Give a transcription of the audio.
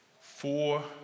four